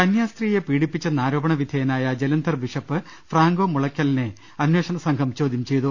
കന്യാസ്ത്രീയെ പീഡിപ്പിച്ചെന്ന് ആരോപണ വിധേയനായ ജല ന്ധർ ബിഷപ്പ് ഫ്രാങ്കോ മുളയ്ക്കലിനെ അന്വേഷണസംഘം ചോദ്യം ചെയ്തു